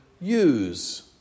use